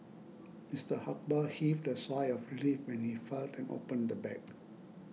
Mister Akbar heaved a sigh of relief when he felt and opened the bag